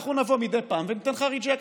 אנחנו נבוא מדי פעם וניתן לך ריג'קטים,